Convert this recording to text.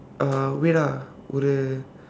uh wait ah ஒரு:oru